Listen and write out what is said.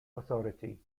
authority